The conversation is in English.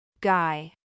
Guy